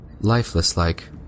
lifeless-like